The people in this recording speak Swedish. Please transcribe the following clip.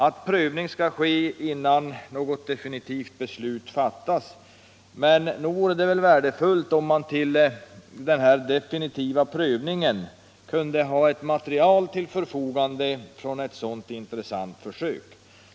att en prövning skall ske innan något definitivt beslut om nedläggning fattas, men nog vore det väl värdefullt att till denna definitiva prövning ha ett material vill förfogande från ew sådant intressant försök.